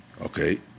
Okay